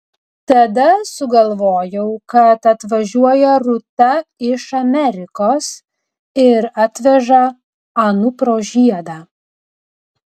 tada sugalvojau kad atvažiuoja rūta iš amerikos ir atveža anupro žiedą